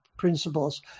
principles